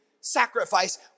sacrifice